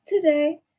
today